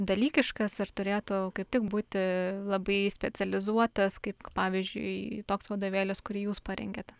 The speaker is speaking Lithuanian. dalykiškas ar turėtų kaip tik būti labai specializuotas kaip pavyzdžiui toks vadovėlis kurį jūs parengėte